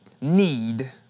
need